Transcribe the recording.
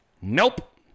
Nope